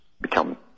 become